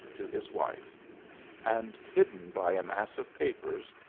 to his wife and hidden by a mass of papers,